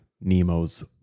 Nemo's